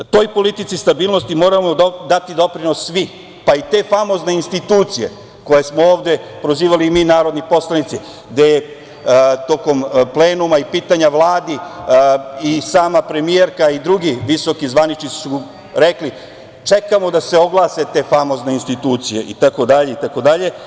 Toj politici stabilnosti moramo dati doprinos svi, pa i te famozne institucije koje smo ovde prozivali i mi narodni poslanici, gde su tokom plenuma i pitanja Vladi i sama premijerka i drugi visoki zvaničnici rekli da čekaju da se oglase te famozne institucije, itd, itd.